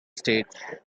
stage